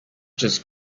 just